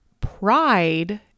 pride